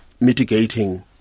mitigating